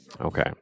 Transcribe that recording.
Okay